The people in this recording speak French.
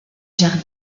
jardin